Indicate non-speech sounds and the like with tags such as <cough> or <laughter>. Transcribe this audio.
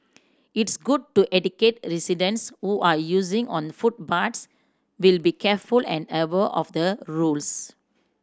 it's good to educate residents who are using on footpaths will be careful and <unintelligible> of the rules